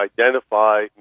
identify